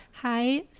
Hi